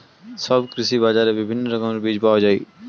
সব কৃষি বাজারে বিভিন্ন রকমের বীজ পাওয়া যায়